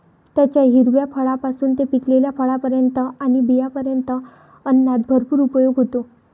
त्याच्या हिरव्या फळांपासून ते पिकलेल्या फळांपर्यंत आणि बियांपर्यंत अन्नात भरपूर उपयोग होतो